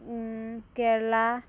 Kerala